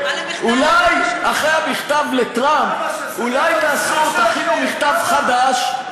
אולי אחרי המכתב לטראמפ תכינו מכתב חדש?